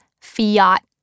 fiat